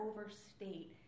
overstate